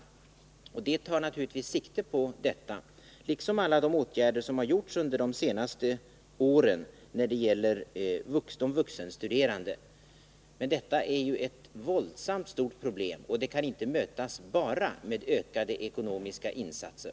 Propositionen kommer naturligtvisatt ta sikte på detta problem, något som varit fallet med alla de åtgärder när det gäller de vuxenstuderande som vidtagits under de senaste åren. Men detta är ju ett våldsamt stort problem, och det kan inte mötas bara med ökade ekonomiska insatser.